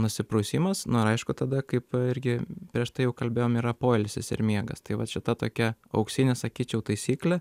nusiprausimas nu ir aišku tada kaip irgi prieš tai jau kalbėjom yra poilsis ir miegas tai vat šita tokia auksinė sakyčiau taisyklė